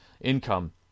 income